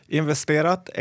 investerat